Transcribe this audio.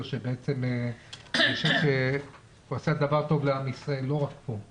שבעצם הוא עשה דבר טוב לעם ישראל לא רק פה,